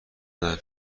ندم